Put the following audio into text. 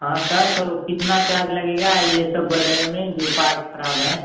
हाँ सर तो कितना चार्ज लगेगा यह सब बदलने में जो पार्ट्स खराब हैं